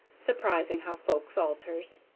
surprisin' how folks alters.